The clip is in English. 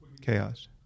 chaos